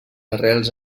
arrels